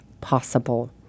possible